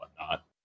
whatnot